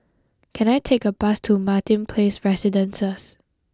can I take a bus to Martin Place Residences